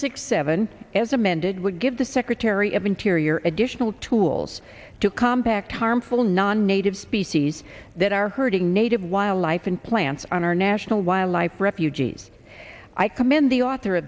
six seven as amended would give the secretary of interior additional tools to compact harmful non native species that are hurting native wildlife and plants on our national wildlife refuge ease i commend the author